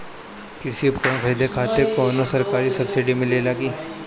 कृषी उपकरण खरीदे खातिर कउनो सरकारी सब्सीडी मिलेला की?